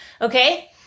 okay